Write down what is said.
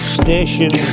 station